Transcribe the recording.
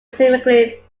seemingly